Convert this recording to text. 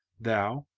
thou,